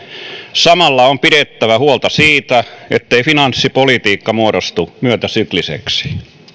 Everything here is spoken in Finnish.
samalla on pidettävä huolta siitä ettei finanssipolitiikka muodostu myötäsykliseksi